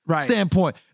standpoint